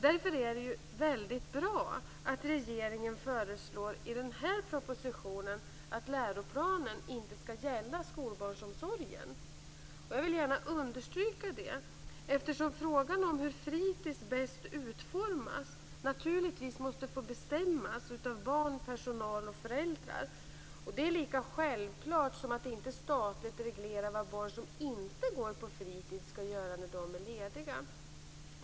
Därför är det väldigt bra att regeringen i den här propositionen föreslår att läroplanen inte skall gälla skolbarnsomsorgen. Jag vill gärna understryka det, eftersom svaret på frågan om hur fritis bäst utformas naturligtvis måste få bestämmas av barn, personal och föräldrar. Det är lika självklart som att inte statligt reglera vad barn som inte går på fritis skall göra när de är lediga.